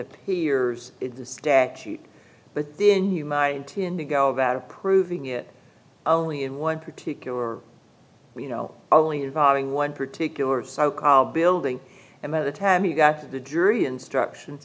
appears the statute but then you might intend to go about proving it only in one particular you know only involving one particular building and by the time you got to the jury instructions